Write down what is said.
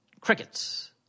crickets